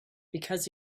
because